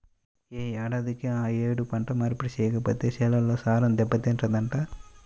యే ఏడాదికి ఆ యేడు పంట మార్పిడి చెయ్యకపోతే చేలల్లో సారం దెబ్బతింటదంట